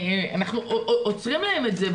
אנחנו עוצרים להם את זה.